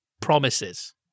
promises